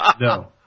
No